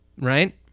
Right